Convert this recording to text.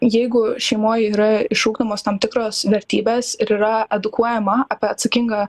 jeigu šeimoje yra išugdomos tam tikros vertybės ir yra edukuojama apie atsakingą